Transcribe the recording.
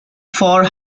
for